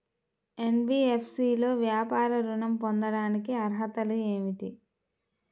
NBFC లో వ్యాపార ఋణం పొందటానికి అర్హతలు ఏమిటీ?